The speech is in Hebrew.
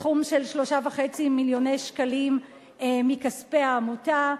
סכום של 3.5 מיליוני שקלים מכספי העמותה.